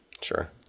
Sure